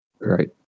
right